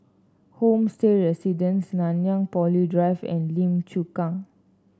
Homestay Residences Nanyang Poly Drive and Lim Chu Kang